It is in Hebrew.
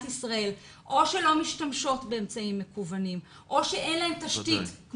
ישראל שאו שלא משתמשות באמצעים מקוונים או שאין להן תשתית,